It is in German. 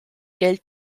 geld